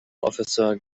officer